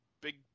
big